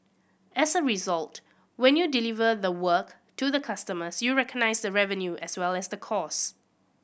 as a result when you deliver the work to the customers you recognise the revenue as well as the cost